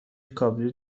کابلی